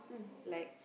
like